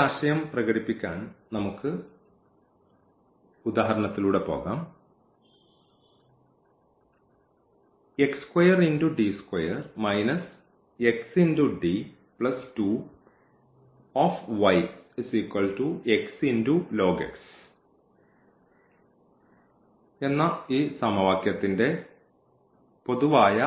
ഈ ആശയം പ്രകടിപ്പിക്കാൻ നമുക്ക് ഈ ഉദാഹരണത്തിലൂടെ പോകാം ഈ ന്റെ പൊതുവായ